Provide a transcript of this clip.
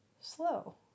slow